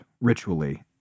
ritually